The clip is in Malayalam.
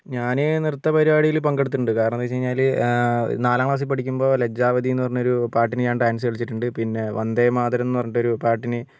ഞാൻ നൃത്ത പരിപാടിയിൽ പങ്കെടുത്തിട്ടുണ്ട് കാരണം എന്നു വെച്ചുകഴിഞ്ഞാൽ നാലാം ക്ലാസിൽ പഠിക്കുമ്പോൾ ലജ്ജാവതി എന്നു പറഞ്ഞൊരു പാട്ടിന് ഞാൻ ഡാൻസ് കളിച്ചിട്ടുണ്ട് പിന്നെ വന്ദേമാതരം എന്നു പറഞ്ഞിട്ട് ഒരു പാട്ടിന്